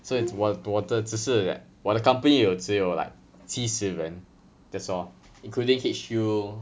所以我的只是我的 company 也有只有 like 七十人 that's all including H_Q